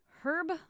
herb